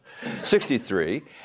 63